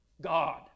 God